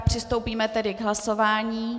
Přistoupíme tedy k hlasování.